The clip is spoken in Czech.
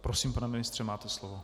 Prosím, pane ministře, máte slovo.